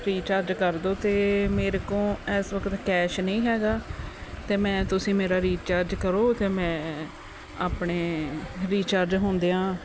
recharge ਕਰ ਦਿਓ ਅਤੇ ਮੇਰੇ ਕੋਲ ਇਸ ਵਕਤ ਕੈਸ਼ ਨਹੀਂ ਹੈਗਾ ਅਤੇ ਮੈਂ ਤੁਸੀਂ ਮੇਰਾ ਰੀਚਾਰਜ ਕਰੋ ਅਤੇ ਮੈਂ ਆਪਣੇ ਰੀਚਾਰਜ ਹੁੰਦਿਆਂ